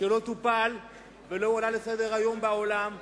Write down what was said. שלא טופל ולא הועלה לסדר-היום בעולם?